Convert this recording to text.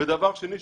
ודבר שני,